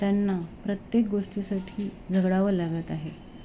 त्यांना प्रत्येक गोष्टीसाठी झगडावं लागत आहे